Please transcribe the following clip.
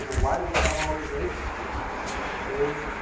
and why did we have all these agencies doing